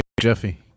Jeffy